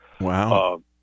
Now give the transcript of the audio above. Wow